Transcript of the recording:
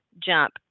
jump